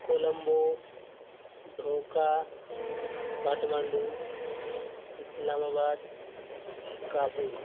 Colombo Dhaka Kathmandu Islamabad Kabul